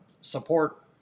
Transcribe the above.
support